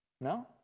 No